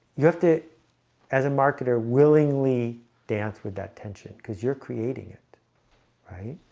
you have to as a marketer willingly dance with that tension because you're creating it right